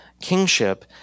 kingship